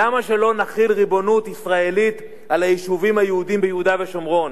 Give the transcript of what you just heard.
למה שלא נחיל ריבונות ישראלית על היישובים היהודיים ביהודה ושומרון?